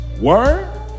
Word